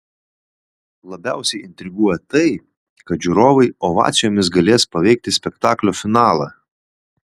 labiausiai intriguoja tai kad žiūrovai ovacijomis galės paveikti spektaklio finalą